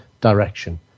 direction